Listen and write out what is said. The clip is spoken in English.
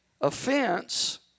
offense